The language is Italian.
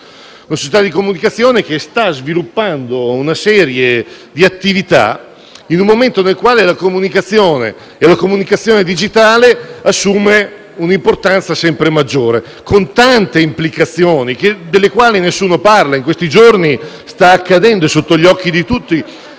una società di comunicazione che sta sviluppando una serie di attività in un momento nel quale la comunicazione, e la comunicazione digitale in particolare, assume un'importanza sempre maggiore, con tante implicazioni delle quali nessuno parla. In questi giorni, quello che sta accadendo è sotto gli occhi di tutti